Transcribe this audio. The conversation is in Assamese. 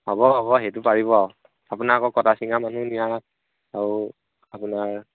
হ'ব হ'ব সেইটো পাৰিব আৰু আপোনাৰ আকৌ কটা ছিঙা মানুহ নিয়া আৰু আপোনাৰ